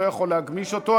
אני לא יכול להגמיש אותו.